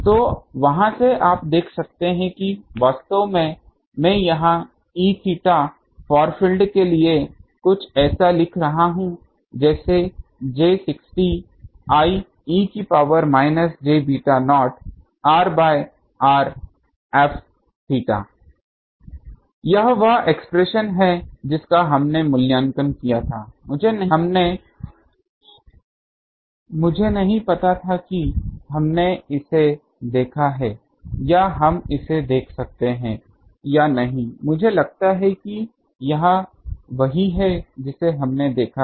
तो वहाँ से आप देख सकते हैं कि वास्तव में मैं यहाँ Eθ फार फील्ड के लिए कुछ ऐसा लिख रहा हूँ जैसे j 60 I e की power minus j beta naught r by r F θ यह वह एक्सप्रेशन हैं जिसका हमने मूल्यांकन किया था मुझे नहीं पता कि हमने इसे देखा है या हम इसे देख सकते हैं या नहीं मुझे लगता है कि यह वही है जिसे हमने देखा है